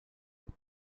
buck